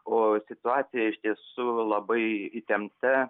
o situacija iš tiesų labai įtempta